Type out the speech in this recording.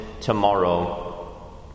tomorrow